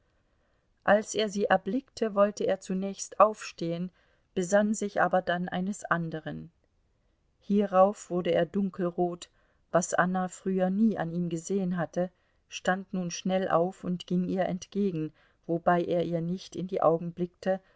als er sie erblickte wollte er zunächst aufstehen besann sich aber dann eines anderen hierauf wurde er dunkelrot was anna früher nie an ihm gesehen hatte stand nun schnell auf und ging ihr entgegen wobei er ihr nicht in die augen blickte